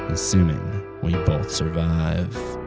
assuming we both survive.